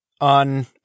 on